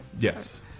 Yes